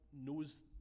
knows